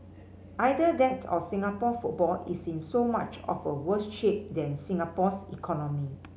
either that or Singapore football is in so much of a worse shape than Singapore's economy